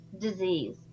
disease